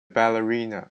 ballerina